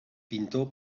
pintor